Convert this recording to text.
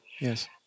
Yes